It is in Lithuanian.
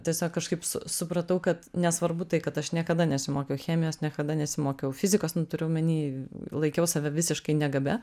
tiesiog kažkaip su supratau kad nesvarbu tai kad aš niekada nesimokiau chemijos niekada nesimokiau fizikos nu turiu omeny laikiau save visiškai negabia